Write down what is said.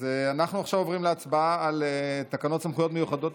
אז אנחנו עוברים עכשיו להצבעה על תקנות סמכויות מיוחדות,